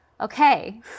Okay